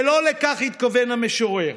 ולא לכך התכוון המשורר.